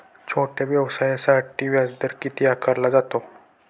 छोट्या व्यवसायासाठी व्याजदर किती आकारला जातो?